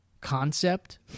concept